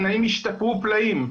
התנאים ישתפרו פלאים,